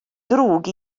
drwg